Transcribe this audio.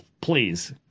please